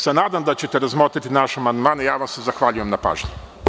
Sa nadom da ćete razmotriti naš amandman ja vam se zahvaljujem na pažnji.